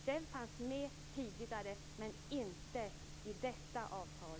Det fanns med tidigare men inte i detta avtal.